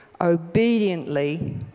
obediently